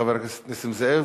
חבר הכנסת נסים זאב